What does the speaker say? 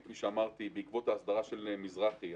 כפי שאמרתי, בעקבות ההסדרה של מזרחי,